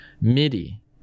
MIDI